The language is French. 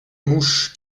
mouche